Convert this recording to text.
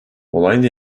olayla